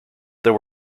there